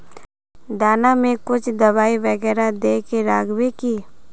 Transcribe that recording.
दाना में कुछ दबाई बेगरा दय के राखबे की?